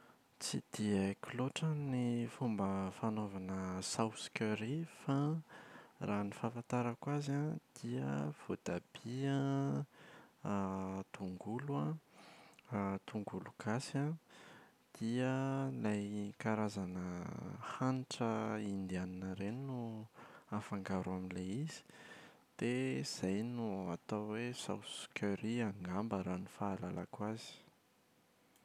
Tsy dia haiko loatra ny fomba fanaovana saosy curry fa, raha ny fahafantarako azy an dia voatabia an tongolo an tongolo gasy an, dia ilay karazana hanitra indiana ireny no afangaro amin’ilay izy, dia izay no atao hoe saosy curry angamba raha ny fahalalako azy.